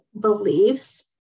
beliefs